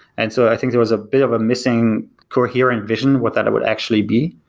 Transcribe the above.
and so i think there was a bit of a missing coherent vision, what that would actually be.